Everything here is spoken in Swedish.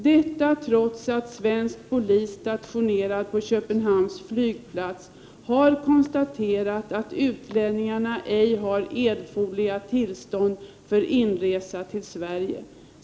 Detta trots att svensk polis stationerad på Köpenhamns flygplats har konstaterat att utlänningarna ej har erforderliga tillstånd för inresa till Sverige.